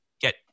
get